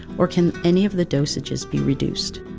or can any of the dosages be reduced?